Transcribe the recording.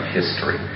history